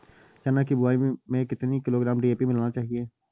चना की बुवाई में कितनी किलोग्राम डी.ए.पी मिलाना चाहिए?